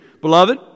beloved